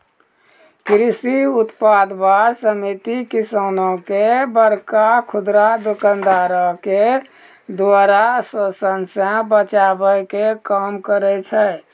कृषि उत्पाद बार समिति किसानो के बड़का खुदरा दुकानदारो के द्वारा शोषन से बचाबै के काम करै छै